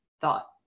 thought